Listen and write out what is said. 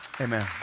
Amen